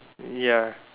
ya